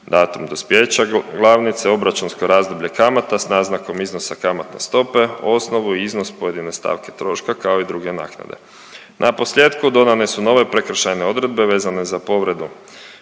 Datum dospijeća glavnice obračunsko razdoblje kamata s naznakom iznosa kamatne stope, osnovu i iznos pojedine stavke troška kao i druge naknade. Na posljetku dodane su nove prekršajne odredbe vezane za povredu,